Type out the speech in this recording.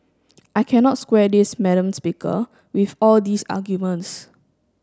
I cannot square this madam speaker with all these arguments